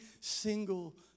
single